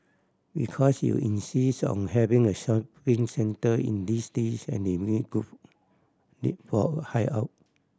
because you insisted on having a shopping centre in this list and they make good make for hideout